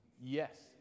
Yes